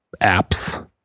apps